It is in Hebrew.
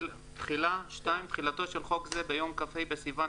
תחילה 2. תחילתו של חוק זה ביום כ"ה בסיוון